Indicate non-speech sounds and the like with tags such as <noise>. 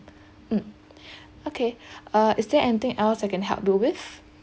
<breath> mm <breath> okay <breath> uh is there anything else I can help you with